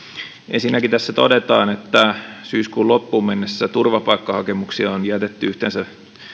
ensinnäkin tässä todetaan että syyskuun loppuun mennessä turvapaikkahakemuksia on jätetty yhteensä